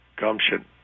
gumption